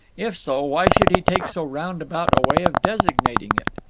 if so, why should he take so roundabout a way of designating it?